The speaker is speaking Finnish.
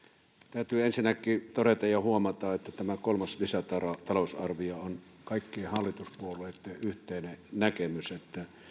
täytyy ensinnäkin todeta ja huomata että tämä kolmas lisätalousarvio on kaikkien hallituspuolueitten yhteinen näkemys niin että